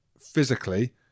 physically